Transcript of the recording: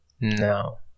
No